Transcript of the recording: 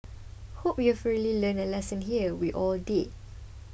hope you've really learned a lesson here we all did